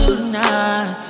tonight